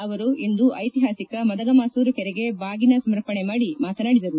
ಅವರು ಇಂದು ಐತಿಹಾಸಿಕ ಮದಗಮಾಸೂರು ಕೆರೆಗೆ ಬಾಗಿನ ಸಮರ್ಪಣೆ ಮಾಡಿ ಮಾತನಾಡಿದರು